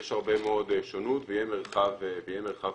יש הרבה מאוד שונות ויהיה מרחב פעולה.